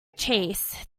chase